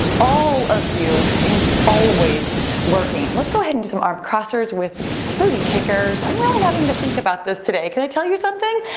all of you is always working. let's go ahead and do some arm crossers with booty kickers. i'm really having to think about this today. can i tell you something?